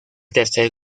tercer